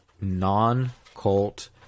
non-cult